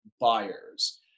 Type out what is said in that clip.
buyers